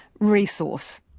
resource